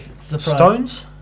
Stones